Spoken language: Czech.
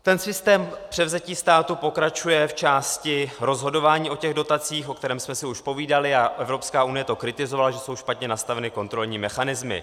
Ten systém převzetí státu pokračuje v části rozhodování o těch dotacích, o kterém jsme si už povídali, a Evropská unie to kritizovala, že jsou špatně nastaveny kontrolní mechanismy.